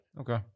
Okay